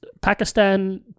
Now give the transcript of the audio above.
Pakistan